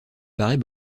paraît